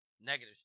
Negative